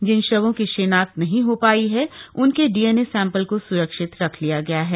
जिन शवों की शिनाख्त नहीं हो पायी है उनके डीएनए सैंपल को सुरक्षित रख लिया गया है